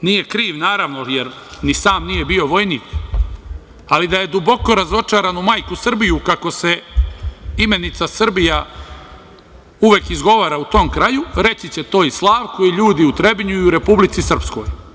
nije kriv, naravno, jer ni sam nije bio vojnik, ali da je duboko razočaran u majku Srbiju, kako se imenica Srbija uvek izgovara u tom kraju, reći će to i Slavko i ljudi u Trebinju i u Republici Srpskoj.